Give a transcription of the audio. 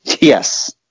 Yes